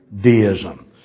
deism